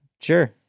Sure